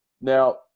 Now